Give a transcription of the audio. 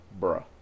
Bruh